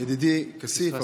ידידי כסיף,